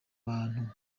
bambu